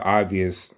obvious